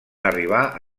arribar